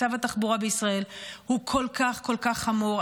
מצב התחבורה בישראל הוא כל כך כל כך חמור.